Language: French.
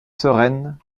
sereine